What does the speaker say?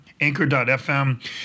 anchor.fm